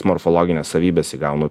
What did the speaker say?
morfologines savybes įgauna